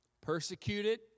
Persecuted